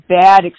bad